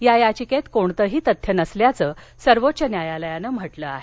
या याचिकेत कोणतंही तथ्य नसल्याचं सर्वोच्च न्यायालयानं म्हटलं आहे